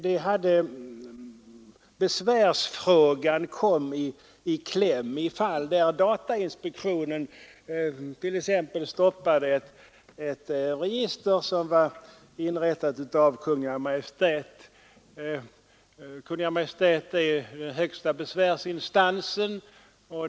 Det vore naturligtvis inte helt tillfredsställande om datainspektionen kunde stoppa ett register som hade inrättats av Kungl. Maj:t — Kungl. Maj:t är ju högsta besvärsinstans.